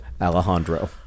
Alejandro